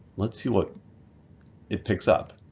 let's see what it picks up.